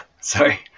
Sorry